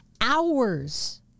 hours